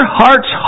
hearts